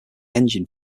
engine